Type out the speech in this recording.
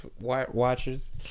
watchers